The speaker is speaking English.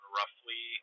roughly